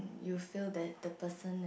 you feel that the person